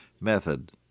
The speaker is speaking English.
method